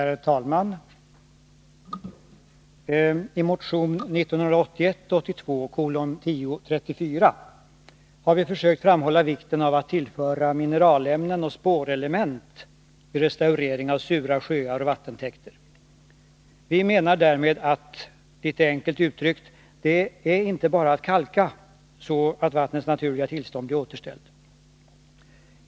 Herr talman! I motion 1981/82:1034 har vi försökt framhålla vikten av att tillföra mineralämnen och spårelement vid restaurering av sura sjöar och vattentäkter. Vi menar därmed att — litet enkelt uttryckt — ”det är inte bara att kalka” så att vattnets naturliga tillstånd blir återställt.